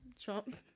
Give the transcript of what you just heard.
Trump